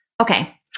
Okay